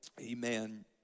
Amen